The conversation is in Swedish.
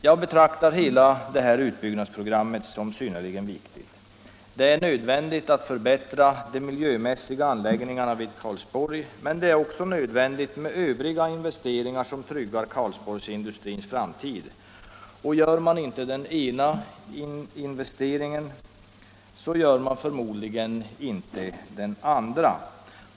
Jag betraktar hela det här utbyggnadsprogrammet som synnerligen viktigt. Det är nödvändigt att förbättra de miljömässiga anläggningarna vid Karlsborg, men det är också nödvändigt med övriga investeringar som tryggar Karlsborgsindustrins framtid, och gör man inte den ena investeringen gör man förmodlingen inte den andra.